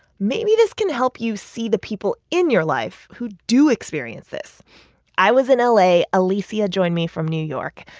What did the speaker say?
maybe this can help you see the people in your life who do experience this i was in ah la. alicia joined me from new york.